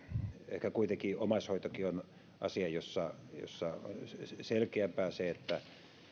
ehkä kuitenkin omaishoitokin on asia jossa on selkeämpää se että